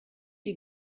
die